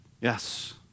Yes